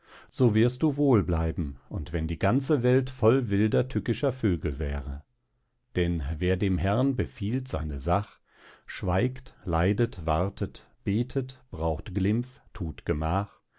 so wirst du wohl bleiben und wenn die ganze welt voll wilder tückischer vögel wäre denn wer dem herrn befiehlt seine sach schweigt leidet wartet betet braucht glimpf thut gemach